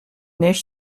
neige